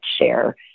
share